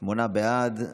שמונה בעד,